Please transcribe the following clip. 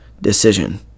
decision